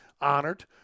honored